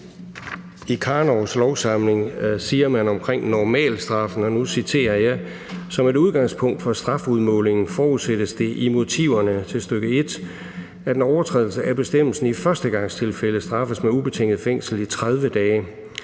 I Karnovs lovsamling siger man omkring normalstraffen, og nu citerer jeg: Som et udgangspunkt for strafudmåling forudsættes det i motiverne til stk. 1, at en overtrædelse af bestemmelsen i førstegangstilfælde straffes med ubetinget fængsel i 30 dage.